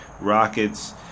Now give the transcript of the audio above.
Rockets